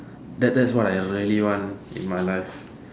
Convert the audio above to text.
that that what I really want in my life